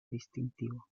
distintivo